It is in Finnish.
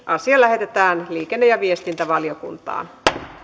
asia lähetetään liikenne ja viestintävaliokuntaan